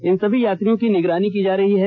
इन सभी यात्रियों की निगरानी की जा रही है